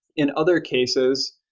in other cases,